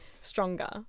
stronger